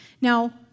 Now